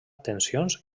tensions